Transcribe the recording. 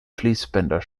fließbänder